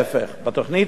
בתוכנית הזאת,